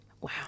Wow